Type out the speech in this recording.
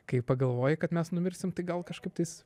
kai pagalvoji kad mes numirsim tai gal kažkaip tais